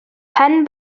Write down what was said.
pen